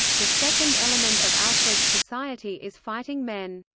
the second element of alfred's society is fighting men.